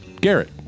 garrett